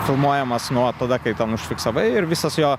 filmuojamas nuo tada kai ten užfiksavai ir visas jo